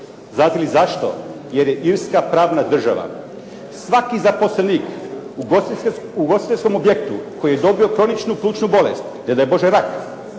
Znate li zašto? Jer je Irska pravna država. Svaki zaposlenik u ugostiteljskom objektu koji je dobio kroničnu plućnu bolest, ne daj Bože rak,